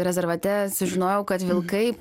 rezervate sužinojau kad vilkai